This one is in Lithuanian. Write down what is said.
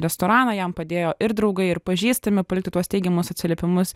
restoraną jam padėjo ir draugai ir pažįstami palikti tuos teigiamus atsiliepimus